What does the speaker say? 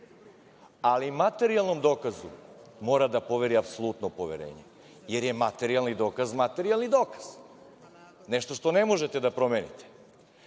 ali materijalnom dokazu mora da poveri apsolutno poverenje, jer je materijalni dokaz materijalni dokaz, nešto što ne možete da promenite. Kolega